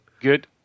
Good